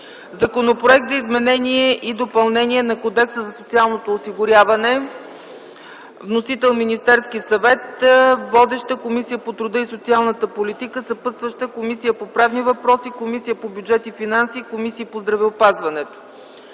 Законопроект за изменение и допълнение на Кодекса за социалното осигуряване. Вносител е Министерският съвет. Водеща е Комисията по труда и социалната политика. Съпътстващи са Комисията по правни въпроси, Комисията по бюджет и финанси и Комисията по здравеопазването.